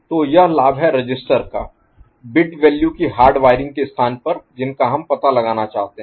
तो यह लाभ है रजिस्टर का बिट वैल्यू की हार्ड वायरिंग के स्थान पर जिनका हम पता लगाना चाहते हैं